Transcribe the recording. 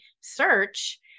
search